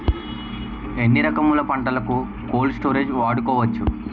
ఎన్ని రకములు పంటలకు కోల్డ్ స్టోరేజ్ వాడుకోవచ్చు?